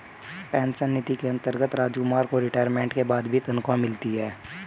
pension निधि के अंतर्गत रामकुमार को रिटायरमेंट के बाद भी तनख्वाह मिलती